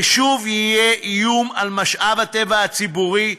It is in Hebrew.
ושוב יהיה איום על משאב הטבע הציבורי,